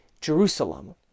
Jerusalem